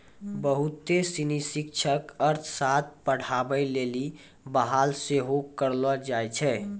बहुते सिनी शिक्षक अर्थशास्त्र पढ़ाबै लेली बहाल सेहो करलो जाय छै